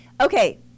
Okay